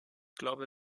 glaube